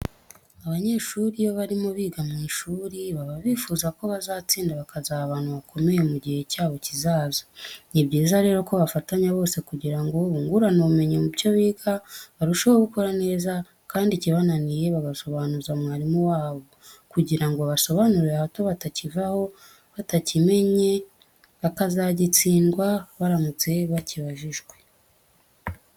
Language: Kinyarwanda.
Abanyeshuri iyo barimo biga mu ishuri baba bifuza ko bazatsinda bakazaba abantu bakomeye mu gihe cyabo kizaza. Ni byiza rero ko bafatanya bose kugira ngo bungurane ubumenyi mu byo biga barusheho gukora neza kandi ikibananiye bagasobanuza mwarimu wabo kugira ngo abasobanurire hato batakivaho batakimenye bakazagitsindwa baramutse bakibajijwe.